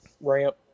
ramp